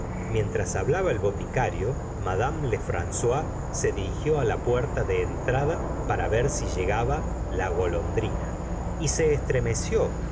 mientras hablaba el boticario madame lefrancois se dirigió á la puerta de entrada para ver si llegaba la golondrina y se estremeció un